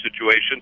situation